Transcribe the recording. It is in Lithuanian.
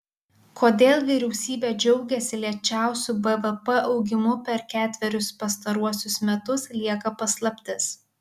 kodėl vyriausybė džiaugiasi lėčiausiu bvp augimu per ketverius pastaruosius metus lieka paslaptis